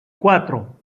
cuatro